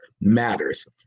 matters